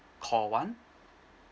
call one